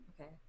Okay